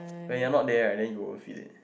when you are not there right then you won't feel it